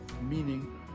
meaning